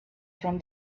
from